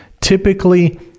typically